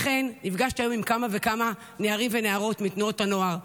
לכן נפגשתי היום עם כמה וכמה נערים ונערות מתנועות הנוער.